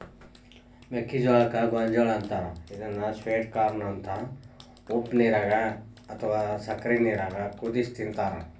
ಮೆಕ್ಕಿಜೋಳಕ್ಕ ಗೋಂಜಾಳ ಅಂತಾರ ಇದನ್ನ ಸ್ವೇಟ್ ಕಾರ್ನ ಅಂತ ಉಪ್ಪನೇರಾಗ ಅತ್ವಾ ಸಕ್ಕರಿ ನೇರಾಗ ಕುದಿಸಿ ತಿಂತಾರ